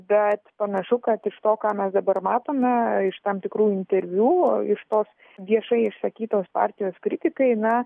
bet panašu kad iš to ką mes dabar matome iš tam tikrų interviu iš tos viešai išsakytos partijos kritikai na